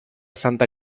santa